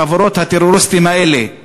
בחבורות הטרוריסטים האלה,